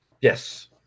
Yes